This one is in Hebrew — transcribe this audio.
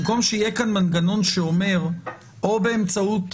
במקום שיהיה כאן מנגנון שאומר או באמצעות,